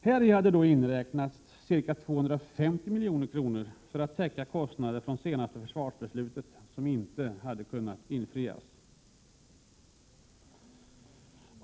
Häri hade då inräknats ca 250 milj.kr. för att täcka kostnader från det senaste försvarsbeslutet som inte hade kunnat infrias.